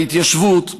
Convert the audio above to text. בהתיישבות,